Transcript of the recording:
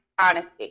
honesty